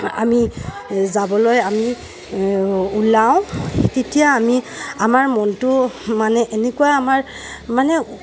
আমি যাবলৈ আমি ওলাওঁ তেতিয়া আমি আমাৰ মনটো মানে এনেকুৱা আমাৰ মানে